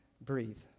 breathe